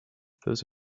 those